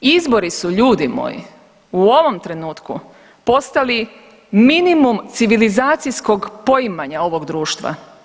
Izbori su ljudi moji u ovom trenutku postali minimum civilizacijskog poimanja ovog društva.